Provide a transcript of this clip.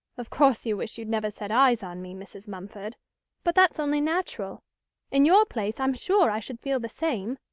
of course you wish you'd never set eyes on me, mrs. mumford but that's only natural in your place i'm sure i should feel the same.